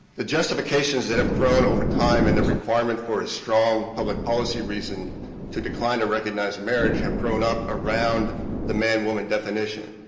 the justifications that have grown over time and the requirement for a strong public policy reason to decline to recognize a marriage have grown up around the man-woman definition.